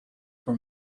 for